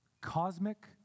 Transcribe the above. cosmic